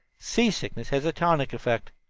seasickness has a tonic effect,